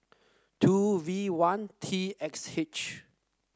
two V one T X H